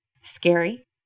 Scary